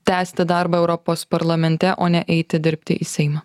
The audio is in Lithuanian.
tęsti darbą europos parlamente o ne eiti dirbti į seimą